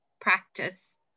practice